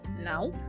now